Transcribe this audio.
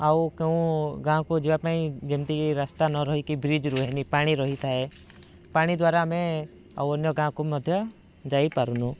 ଆଉ କେଉଁ ଗାଁକୁ ଯିବା ପାଇଁ ଯେମିତିକି ରାସ୍ତା ନ ରହିକି ବ୍ରିଜ୍ ରୁହେନି ପାଣି ରହିଥାଏ ପାଣି ଦ୍ଵାରା ଆମେ ଅନ୍ୟ କାହାକୁ ମଧ୍ୟ ଯାଇପାରୁନୁ